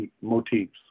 motifs